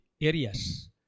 areas